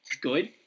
good